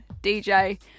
DJ